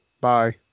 bye